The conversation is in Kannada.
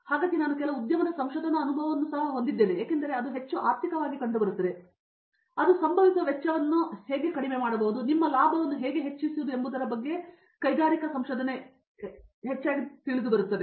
ಹಾಗಾಗಿ ನಾನು ಕೆಲವು ಉದ್ಯಮದ ಸಂಶೋಧನಾ ಅನುಭವವನ್ನು ಸಹ ಹೊಂದಿದ್ದೇನೆ ಏಕೆಂದರೆ ಅದು ಹೆಚ್ಚು ಆರ್ಥಿಕವಾಗಿ ಕಂಡುಬರುತ್ತದೆ ಅದು ಸಂಭವಿಸುವ ವೆಚ್ಚವನ್ನು ಹೇಗೆ ಕಡಿಮೆ ಮಾಡಬಹುದು ಅಥವಾ ನಿಮ್ಮ ಲಾಭವನ್ನು ಹೇಗೆ ಹೆಚ್ಚಿಸುವುದು ಎಂಬುದರ ಬಗ್ಗೆ ಹೆಚ್ಚು ತಿಳಿದುಬರುತ್ತದೆ